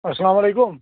اَسلامُ عَلیکُم